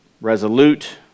resolute